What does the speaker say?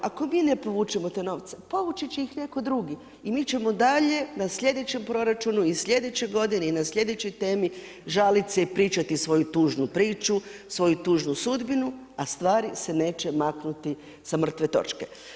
Ako mi ne povučemo te novce, povući će ih netko drugi i mi ćemo dalje na sljedećem proračunu i sljedećoj godini i na sljedećoj temi žalit se i pričati svoju tužnu priču, svoju tužnu sudbinu, a stvari se neće maknuti sa mrtve točke.